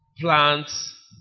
plants